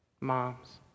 Moms